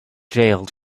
jailed